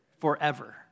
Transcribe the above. forever